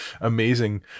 amazing